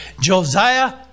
Josiah